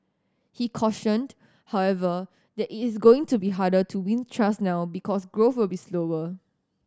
he cautioned however that it is going to be harder to win trust now because growth will be slower